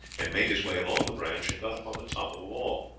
and made his way along the branch and got upon the top of the wall.